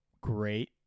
great